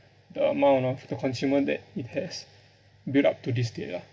the amount of the consumers that it has built up to this day lah